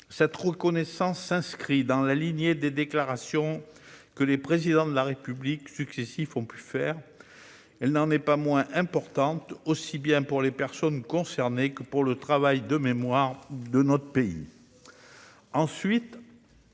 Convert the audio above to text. Cette reconnaissance s'inscrit dans la lignée des déclarations que les Présidents de la République successifs ont pu faire. Elle n'en est pas moins importante, qu'il s'agisse des personnes concernées ou de notre travail de mémoire.